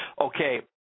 Okay